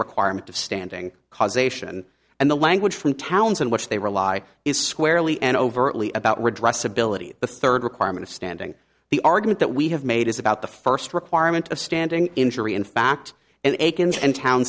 requirement of standing causation and the language from towns in which they rely is squarely and overtly about redress ability of the third requirement of standing the argument that we have made is about the first requirement of standing injury in fact and and town